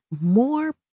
more